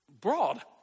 broad